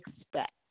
expect